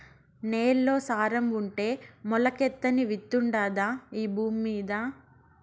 నేల్లో సారం ఉంటే మొలకెత్తని విత్తుండాదా ఈ భూమ్మీద